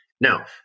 Now